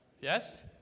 Yes